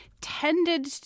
tended